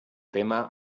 tema